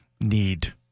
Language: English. need